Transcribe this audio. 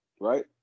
right